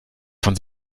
von